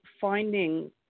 finding